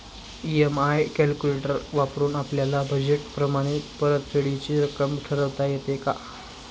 EMI calculator वापरून आपापल्या budget प्रमाणे परतफेडीची रक्कम ठरवता येते का?